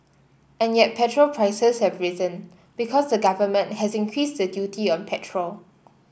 and yet petrol prices have risen because the government has increased the duty on petrol